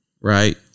right